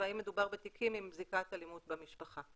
והאם מדובר בתיקים עם זיקת אלימות במשפחה.